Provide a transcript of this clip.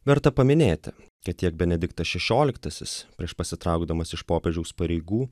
verta paminėti kad tiek benediktas šešioliktasis prieš pasitraukdamas iš popiežiaus pareigų